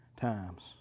times